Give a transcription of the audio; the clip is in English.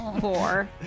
Four